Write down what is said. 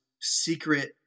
secret